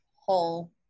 whole